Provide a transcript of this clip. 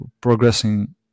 progressing